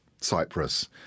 Cyprus